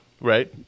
Right